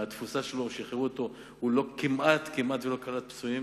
שחררו אותו, הוא כמעט לא קלט פצועים.